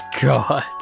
god